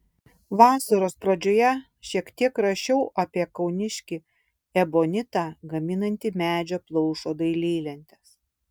vasaros pradžioje šiek tiek rašiau apie kauniškį ebonitą gaminantį medžio plaušo dailylentes